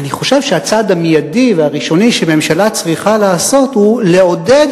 אני חושב שהצעד המיידי והראשוני שממשלה צריכה לעשות הוא לעודד